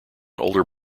older